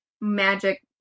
magic